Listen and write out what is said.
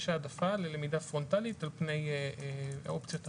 יש העדפה ללמידה פרונטלית על פני האופציות האחרות.